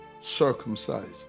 circumcised